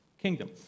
kingdom